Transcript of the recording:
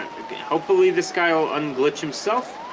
hopefully this guy will unleash himself